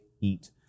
eat